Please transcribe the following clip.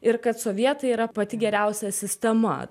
ir kad sovietai yra pati geriausia sistema